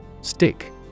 Stick